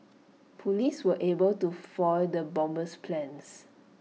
Police were able to foil the bomber's plans